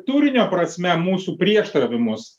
turinio prasme mūsų prieštaravimus